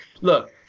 Look